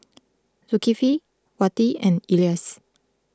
Zulkifli Wati and Elyas